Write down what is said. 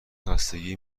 خستگی